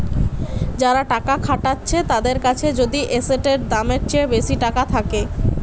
যারা টাকা খাটাচ্ছে তাদের কাছে যদি এসেটের দামের চেয়ে বেশি টাকা থাকে